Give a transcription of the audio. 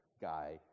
guy